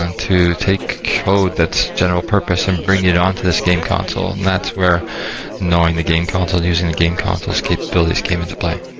take code that's general-purpose and bring it onto this game console. and that's where knowing the game console, using the game consoles capabilities came into play,